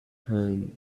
hand